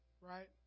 right